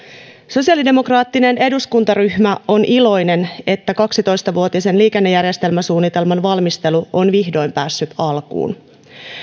sosiaalidemokraattinen eduskuntaryhmä on iloinen että kaksitoista vuotisen liikennejärjestelmäsuunnitelman valmistelu on vihdoin päässyt alkuun